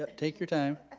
ah take your time.